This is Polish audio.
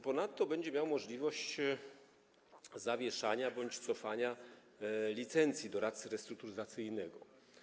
Ponadto będzie miał możliwość zawieszania bądź cofania licencji doradcy restrukturyzacyjnego.